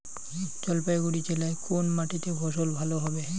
জলপাইগুড়ি জেলায় কোন মাটিতে ফসল ভালো হবে?